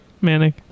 manic